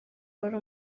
wari